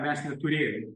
mes neturėjom